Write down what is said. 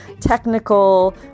technical